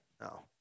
No